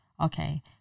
okay